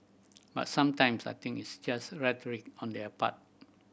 but sometimes I think it's just rhetoric on their part